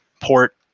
Port